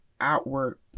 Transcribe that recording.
outward